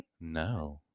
No